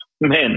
men